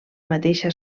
mateixa